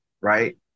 right